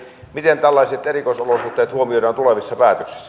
miten tällaiset erikoisolosuhteet huomioidaan tulevissa päätöksissä